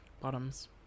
bottoms